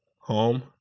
home